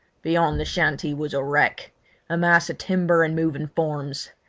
beyond, the shanty was a wreck a mass of timber and moving forms.